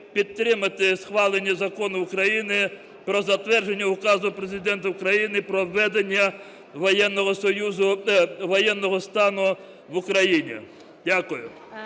підтримати схвалення Закону України про затвердження Указу Президента України про введення воєнного стану в Україні. Дякую.